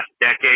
decade